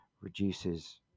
reduces